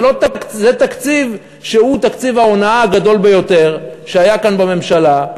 זה תקציב שהוא תקציב ההונאה הגדול ביותר שהיה כאן במדינה.